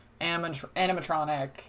animatronic